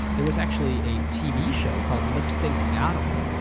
there was actually a tv show called lip sync battle.